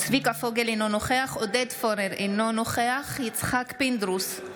אינו נוכח עודד פורר, אינו נוכח יצחק פינדרוס,